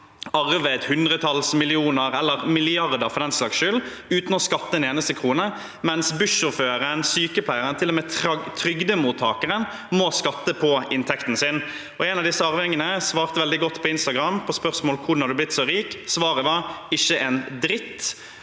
arve et hundretalls millioner, eller milliarder for den saks skyld, uten å skatte en eneste krone, mens bussjåføren, sykepleieren og til og med trygdemottakeren må skatte av inntekten sin? En av disse arvingene svarte veldig godt på Instagram på spørsmålet: Hvordan har du blitt så rik? Svaret var: ikke en dritt.